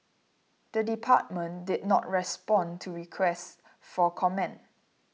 the department did not respond to request for comment